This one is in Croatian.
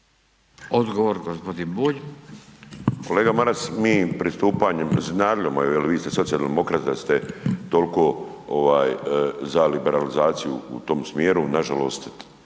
**Bulj, Miro (MOST)** Kolega Maras, mi pristupanjem … vi ste socijaldemokrat da ste toliko za liberalizaciju u tom smjeru, nažalost